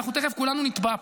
אנחנו תכף כולנו נטבע פה,